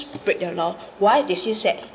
break the law why they says that